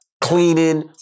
cleaning